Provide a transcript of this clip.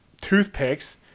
toothpicks